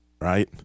right